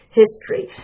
history